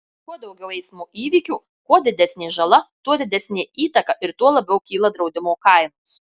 kuo daugiau eismo įvykių kuo didesnė žala tuo didesnė įtaka ir tuo labiau kyla draudimo kainos